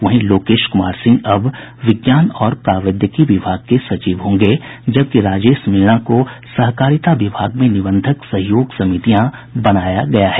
वहीं लोकेश कुमार सिंह अब विज्ञान और प्रावैधिकी विभाग के सचिव होंगे जबकि राजेश मीणा को सहकारिता विभाग में निबंधक सहयोग समितियां बनाया गया है